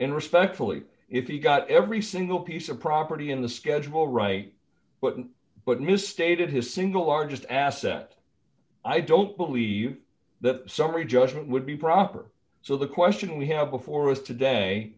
and respectfully if you've got every single piece of property in the schedule right button but misstated his single largest asset i don't believe that summary judgment would be proper so the question we have before us today